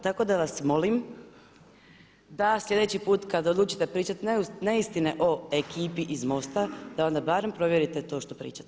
Tako da vas molim da slijedeći put kad odlučite pričati neistine o ekipi iz MOST-a da onda barem provjerite to što pričate.